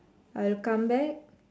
I'll come back